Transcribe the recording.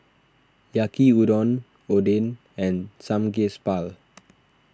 Yaki Udon Oden and Samgyeopsal